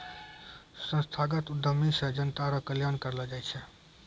संस्थागत उद्यमी से जनता रो कल्याण करलौ जाय छै